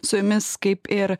su jumis kaip ir